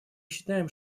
считаем